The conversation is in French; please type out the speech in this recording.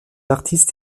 artistes